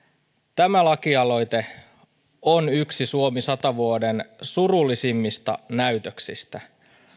tämä laki aloite on yksi suomi sata vuoden surullisimmista näytöksistä